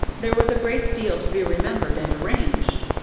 there was a great deal to be remembered and arranged.